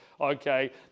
okay